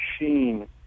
machine